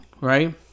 right